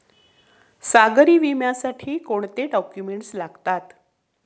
सागरी विम्यासाठी कोणते डॉक्युमेंट्स लागतात?